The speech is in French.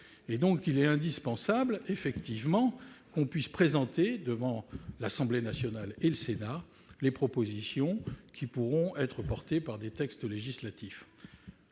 Il est donc indispensable, effectivement, de présenter devant l'Assemblée nationale et le Sénat les propositions qui pourront être portées par la voie législative.